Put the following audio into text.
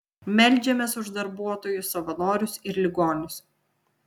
meldžiamės už darbuotojus savanorius ir ligonius